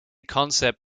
concept